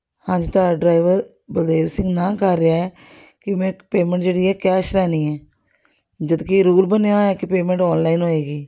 ਹਾਂਜੀ ਤੁਹਾਡਾ ਡਰਾਈਵਰ ਬਘੇਲ ਸਿੰਘ ਨਾਂਹ ਕਰ ਰਿਹਾ ਹੈ ਕਿ ਮੈਂ ਪੇਮੈਂਟ ਜਿਹੜੀ ਹੈ ਕੈਸ਼ ਲੈਣੀ ਹੈ ਜਦਕਿ ਰੂਲ ਬਣਿਆ ਹੋਇਆ ਕਿ ਪੇਮੈਂਟ ਔਨਲਾਈਨ ਹੋਏਗੀ